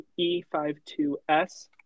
E52s